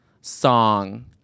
song